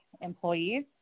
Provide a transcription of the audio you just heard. employees